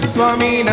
Swami